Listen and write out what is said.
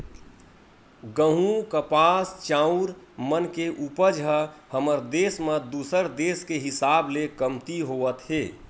गहूँ, कपास, चाँउर मन के उपज ह हमर देस म दूसर देस के हिसाब ले कमती होवत हे